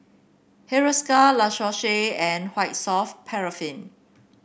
Hiruscar La Roche Porsay and White Soft Paraffin